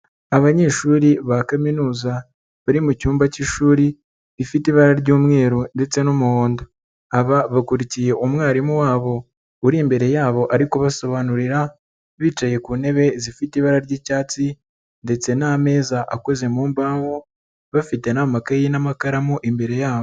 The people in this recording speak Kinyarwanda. Abanyeshuri ba kaminuza, bari mu cyumba cy'ishuri rifite ibara ry'umweru ndetse n'umuhondo, aba bakurikiye umwarimu wabo uri imbere yabo ari kubasobanurira, bicaye ku ntebe zifite ibara ry'icyatsi ndetse n'ameza akoze mu mbaho, bafite n'amakayi n'amakaramu imbere yabo.